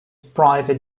private